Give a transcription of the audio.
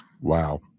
wow